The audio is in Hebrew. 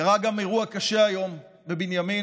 קרה גם אירוע קשה היום בבנימין,